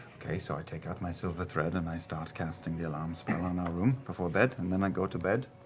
so i take out my silver thread and i start casting the alarm spell on our room before bed, and then i go to bed.